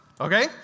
Okay